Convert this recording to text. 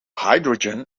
hydrogen